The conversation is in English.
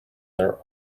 their